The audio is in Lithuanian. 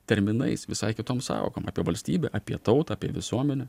terminais visai kitom sąvokom apie valstybę apie tautą apie visuomenę